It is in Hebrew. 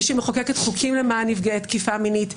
מי שמחוקקת חוקים למען נפגעי תקיפה מינית.